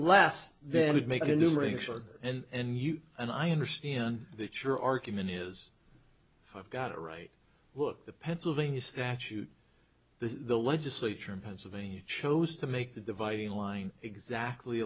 shorter and you and i understand that your argument is if i've got it right look the pennsylvania statute the the legislature in pennsylvania chose to make the dividing line exactly